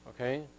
okay